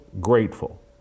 grateful